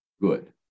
good